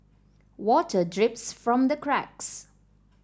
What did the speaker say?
water drips from the cracks